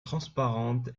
transparente